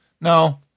No